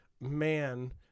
man